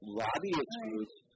lobbyists